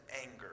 anger